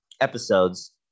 episodes